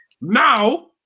now